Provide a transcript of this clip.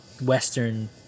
western